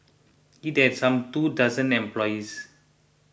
it had some two dozen employees